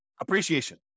appreciation